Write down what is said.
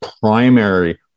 primary